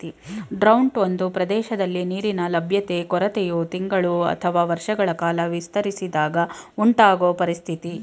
drought ಒಂದು ಪ್ರದೇಶದಲ್ಲಿ ನೀರಿನ ಲಭ್ಯತೆ ಕೊರತೆಯು ತಿಂಗಳು ಅಥವಾ ವರ್ಷಗಳ ಕಾಲ ವಿಸ್ತರಿಸಿದಾಗ ಉಂಟಾಗೊ ಪರಿಸ್ಥಿತಿ